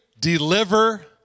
deliver